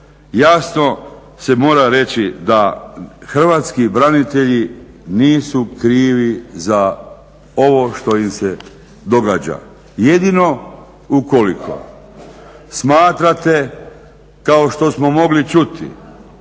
jasno se mora reći da hrvatski branitelji nisu krivi za ovo što im se događa. Jedino ukoliko smatrate kao što smo mogli čuti